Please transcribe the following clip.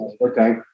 okay